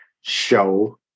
show